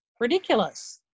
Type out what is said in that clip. ridiculous